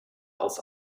auf